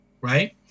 right